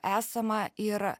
esama ir